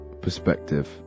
perspective